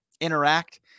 interact